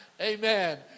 Amen